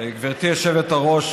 גברתי היושבת-ראש,